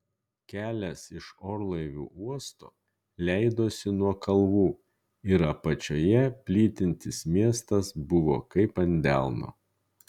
kelias iš orlaivių uosto leidosi nuo kalvų ir apačioje plytintis miestas buvo kaip ant delno